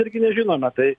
irgi nežinome tai